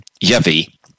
yavi